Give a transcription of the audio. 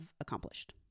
accomplished